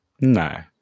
no